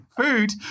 food